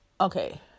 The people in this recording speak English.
okay